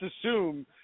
assume